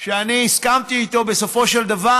שאני הסכמתי לו בסופו של דבר,